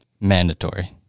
Mandatory